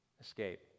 escape